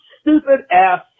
stupid-ass